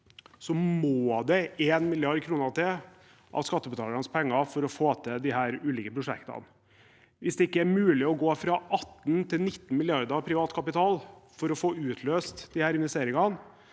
kr, må det 1 mrd. kr til av skattebetalernes penger for å få til disse ulike prosjektene. Hvis det ikke er mulig å gå fra 18 mrd. kr til 19 mrd. kr i privat kapital for å få utløst disse investeringene,